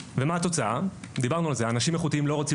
התוצאה היא שאנשים איכותיים לא רוצים